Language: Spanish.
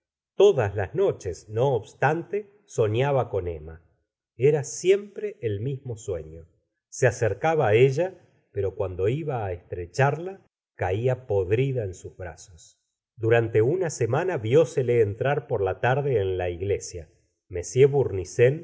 todas las noches no obstante soñaba con emma era siempre el mismo sueño se acercaba á ella pero cuando iba á estrecharla caía podrida en sus brazos durante una semana viósele entrar por la tarde en la iglesia